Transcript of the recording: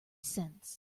cents